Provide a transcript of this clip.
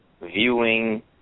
viewing